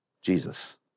Jesus